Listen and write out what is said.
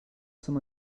some